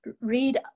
read